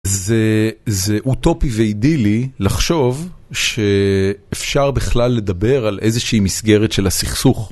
זה אוטופי ואידילי לחשוב שאפשר בכלל לדבר על איזושהי מסגרת של הסכסוך.